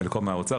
חלקו מהאוצר,